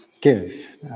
give